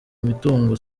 imitungo